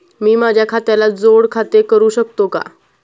मी माझ्या खात्याला जोड खाते करू शकतो का?